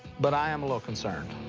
but i am a little concerned.